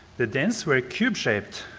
the dens were cube shaped,